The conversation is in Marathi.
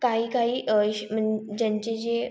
काही काही इश् मं ज्यांचे जे